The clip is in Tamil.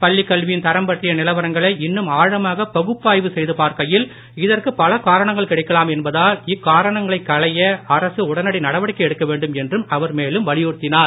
பள்ளிக்கல்வியின் தரம் பற்றிய நிலவரங்களை இன்னும் ஆழமாக பகுப்பாய்வு செய்து பார்க்கையில் இதற்கு பல காரணங்கள் கிடைக்கலாம் என்பதால் இக்காரணங்களைக் களைய அரசு உடனடி நடவடிக்கை எடுக்க வேண்டும் என்று அவர் மேலும் வலியுறுத்தினார்